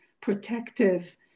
protective